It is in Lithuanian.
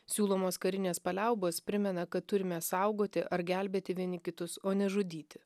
siūlomos karinės paliaubos primena kad turime saugoti ar gelbėti vieni kitus o nežudyti